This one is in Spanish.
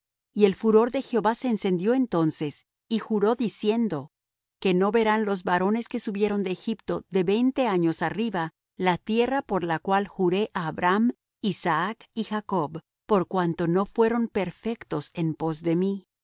y el furor de jehová se encendió entonces y juró diciendo que no verán los varones que subieron de egipto de veinte años arriba la tierra por la cual juré á abraham isaac y jacob por cuanto no fueron perfectos en pos de mí